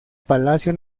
palacio